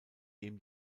dem